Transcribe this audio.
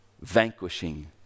Vanquishing